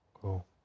Cool